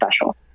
special